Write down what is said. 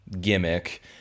gimmick